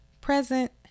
present